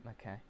okay